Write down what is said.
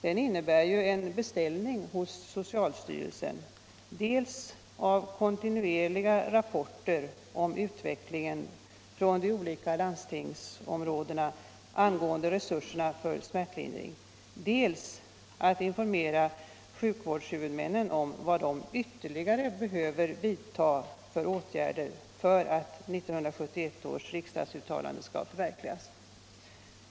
Den innebär en beställning hos socialstyrelsen dels av kontinuerliga rapporter om utvecklingen från de olika landstingsområdena när det gäller resurserna för smärtlindring, dels av information till sjukvårdens huvudmän om vilka åtgärder som behöver vidtas för att 1971 års riksdagsuttalande skall förverkligas.